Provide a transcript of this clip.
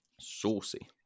saucy